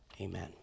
Amen